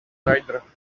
rider